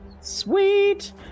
Sweet